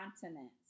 continents